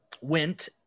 went